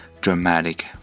dramatic